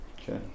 Okay